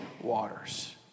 waters